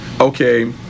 okay